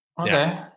Okay